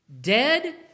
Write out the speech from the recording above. dead